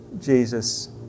Jesus